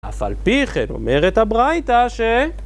אף על פי כן אומרת הברייתא ש...